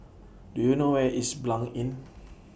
Do YOU know Where IS Blanc Inn